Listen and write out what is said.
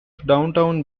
downtown